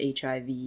HIV